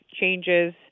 changes